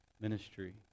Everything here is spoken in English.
ministry